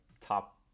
top